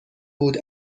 بود